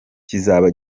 kizaba